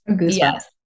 Yes